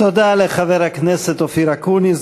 תודה לחבר הכנסת אופיר אקוניס,